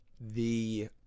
the-